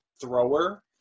thrower